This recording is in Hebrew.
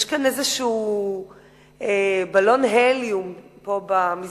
יש כאן איזה בלון הליום, פה במסדרון,